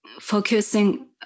focusing